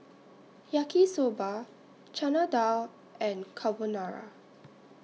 Yaki Soba Chana Dal and Carbonara